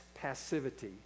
passivity